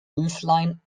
roofline